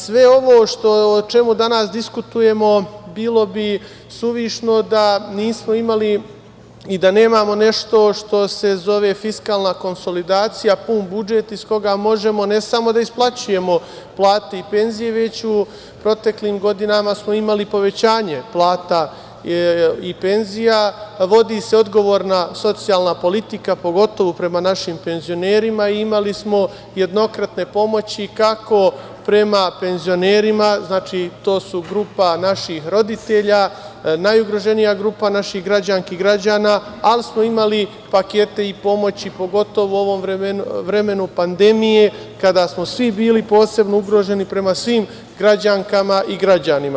Sve ovo o čemu danas diskutujemo bilo bi suvišno da nismo imali i da nemamo nešto što se zove fiskalna konsolidacija, pun budžet iz koga možemo, ne samo da isplaćujemo plate i penzije, već u proteklim godinama smo imali povećanje plata i penzija, vodi se odgovorna socijalna politika pogotovo prema našim penzionerima i imali smo jednokratne pomoći kako prema penzionerima, znači to je grupa naših roditelja, najugroženija grupa naših građanki i građana, ali smo imali pakete i pomoći pogotovo u ovom vremenu pandemije kada smo svi bili posebno ugroženi prema svim građankama i građanima.